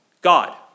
God